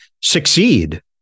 succeed